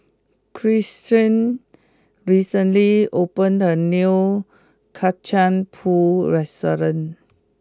Christen recently opened a new Kacang pool restaurant